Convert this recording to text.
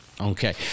Okay